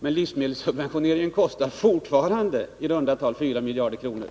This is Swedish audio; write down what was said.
Men livsmedelssubventionerna kostar fortfarande i runda tal 4 miljarder kronor.